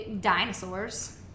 dinosaurs